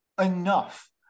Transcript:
enough